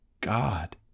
God